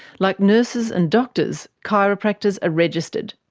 like nurses and doctors, chiropractors are registered.